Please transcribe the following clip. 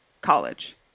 college